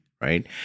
Right